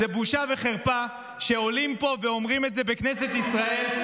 זו בושה וחרפה שעולים פה ואומרים את זה בכנסת ישראל,